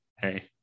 hey